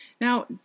Now